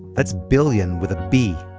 that's billion with a b.